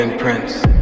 Prince